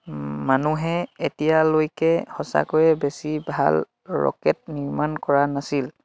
মানুহে এতিয়ালৈকে সঁচাকৈয়ে বেছি ভাল ৰকেট নিৰ্মাণ কৰা নাছিল